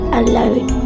alone